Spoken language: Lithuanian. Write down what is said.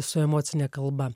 su emocine kalba